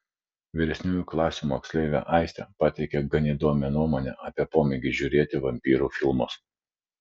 vyresniųjų klasių moksleivė aistė pateikė gan įdomią nuomonę apie pomėgį žiūrėti vampyrų filmus